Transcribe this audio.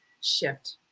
shift